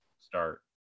start